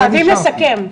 חייבים לסכם.